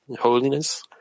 holiness